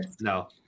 No